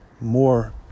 more